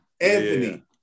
anthony